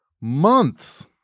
Months